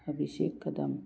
Abhishek Kadam